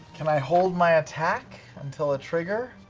can i hold my attack until a trigger?